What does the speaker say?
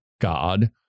God